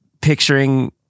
picturing